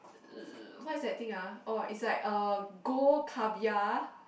mm what's that thing ah oh it's like a gold caviar